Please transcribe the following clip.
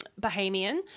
Bahamian